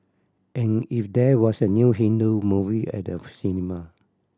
and if there was a new Hindu movie at the cinema